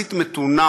יחסית מתונה,